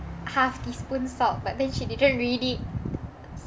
half teaspoon salt but then she didn't read it